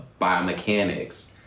biomechanics